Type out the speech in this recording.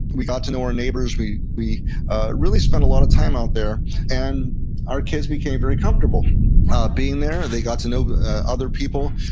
we got to know our neighbors. we we really spent a lot of time out there and our kids became very comfortable being there. they got to know other people.